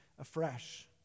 afresh